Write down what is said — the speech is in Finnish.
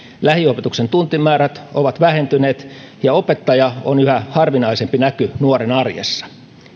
lähiopetuksen tuntimäärät ovat vähentyneet ja opettaja on yhä harvinaisempi näky nuoren arjessa